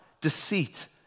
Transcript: deceit